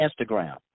Instagram